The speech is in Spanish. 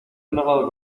enojado